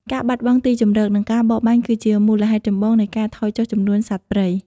ការបាត់បង់ទីជម្រក និងការបរបាញ់គឺជាមូលហេតុចម្បងនៃការថយចុះចំនួនសត្វព្រៃ។